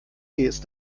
ist